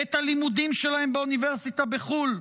בעת הלימודים שלהם באוניברסיטה בחו"ל,